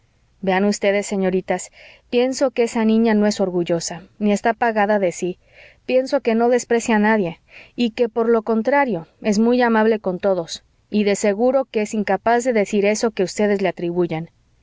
vean ustedes señoritas pienso que esa niña no es orgullosa ni está pagada de sí pienso que no desprecia a nadie y que por lo contrario es muy amable con todos y de seguro que es incapaz de decir eso que ustedes le atribuyen